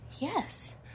Yes